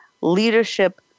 leadership